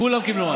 כולם קיבלו מענה.